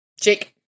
Jake